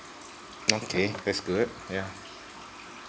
okay that's good yeah